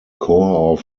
core